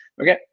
okay